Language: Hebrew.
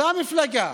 אותה מפלגה,